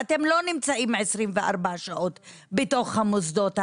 ואתם לא נמצאים 24 שעות בתוך המוסדות האלה.